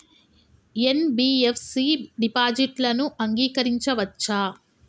NBFC డిపాజిట్లను అంగీకరించవచ్చా?